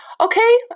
Okay